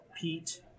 Pete